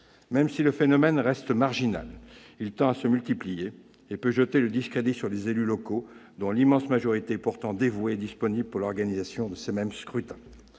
Même si le phénomène reste marginal, il tend à se multiplier et peut jeter le discrédit sur les élus locaux, dont l'immense majorité est pourtant dévouée et disponible pour l'organisation des scrutins.